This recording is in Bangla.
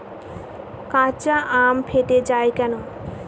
কাঁচা আম ফেটে য়ায় কেন?